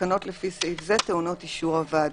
תקנות לפי סעיף זה טעונות אישור הוועדה.